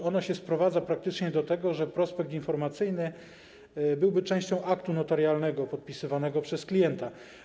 To się sprowadza praktycznie do tego, że prospekt informacyjny byłby częścią aktu notarialnego podpisywanego przez klienta.